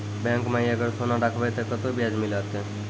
Bank माई अगर सोना राखबै ते कतो ब्याज मिलाते?